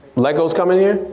lecko's comin' here,